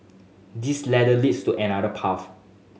this ladder leads to another path